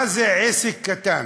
מה זה עסק קטן?